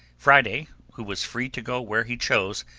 friday, who was free to go where he chose,